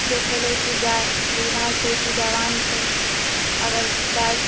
देखेले हय की गाय बूढ़ा छै की जवान छै